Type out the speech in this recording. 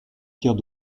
pierre